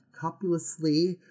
copulously